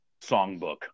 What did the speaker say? songbook